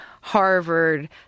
Harvard—